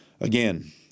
Again